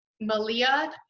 Malia